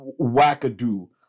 wackadoo